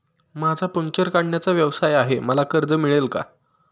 माझा पंक्चर काढण्याचा व्यवसाय आहे मला कर्ज मिळेल का?